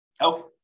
Okay